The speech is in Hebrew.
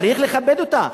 צריך לכבד אותה.